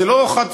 זה לא חד-כיווני,